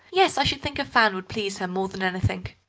yes, i should think a fan would please her more than anything.